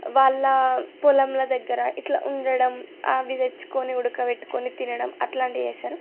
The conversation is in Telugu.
వాళ్ల పొలంల దగ్గర ఇట్లా ఉండడం అవి తెచ్చుకొని ఉడకబెట్టుకొని తినడం అట్లాంటివి చేస్తారు